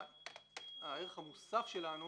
הערך המוסף שלנו